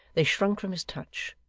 they shrunk from his touch,